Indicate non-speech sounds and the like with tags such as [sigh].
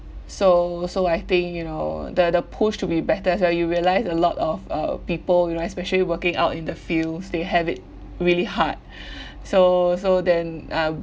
so so I think you know the the push to be better as well you realise a lot of uh people you know especially working out in the fields they have it really hard [breath] so so then uh